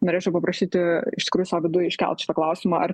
norėčiau paprašyti iš tikrųjų sau viduj iškelt šitą klausimą ar